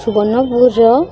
ସୁବର୍ଣ୍ଣପୁରର